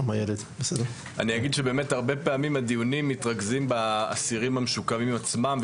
אני אגיד שבאמת הרבה פעמים הדיונים מתרכזים באסירים המשוקמים עצמם,